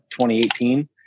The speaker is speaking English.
2018